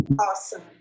Awesome